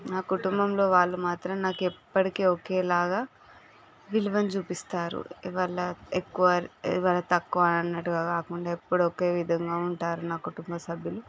నా కుటుంబంలో వాళ్ళు మాత్రం నాకు ఎప్పటికీ ఒకే లాగ విలువను చూపిస్తారు ఎవరు ల ఎక్కువ ఎవరు తక్కువ అన్నట్టుకాకుండా ఎప్పుడు ఒకే విధంగా ఉంటారు నా కుటుంబ సభ్యులు